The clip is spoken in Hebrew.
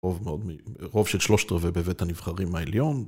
רוב של שלושת רבעי בבית הנבחרים העליון.